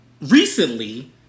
Recently